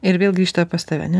ir vėl grįžta pas tave ane